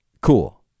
cool